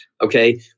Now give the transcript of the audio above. okay